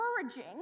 encouraging